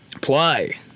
play